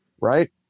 Right